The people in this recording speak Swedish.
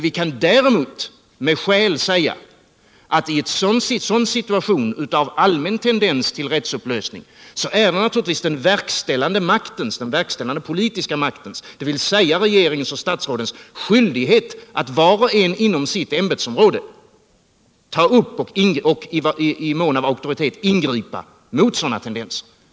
Vi kan däremot med skäl säga att i en situation av allmän tendens till rättsupplösning är det den verkställande politiska maktens, dvs. regeringens och statsrådens, skyldighet att ta upp och i kraft av sin auktoritet ingripa mot sådana tendenser.